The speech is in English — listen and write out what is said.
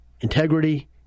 integrity